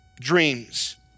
dreams